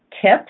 tips